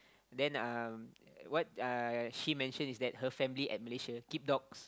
then um what uh he mentioned is that her family at Malaysia keep dogs